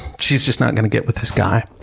she's just not going to get with this guy.